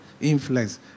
influence